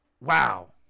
wow